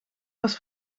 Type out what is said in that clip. was